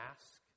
Ask